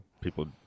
people